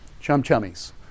chum-chummies